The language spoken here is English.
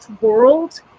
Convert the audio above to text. world